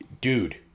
Dude